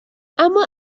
اما